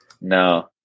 No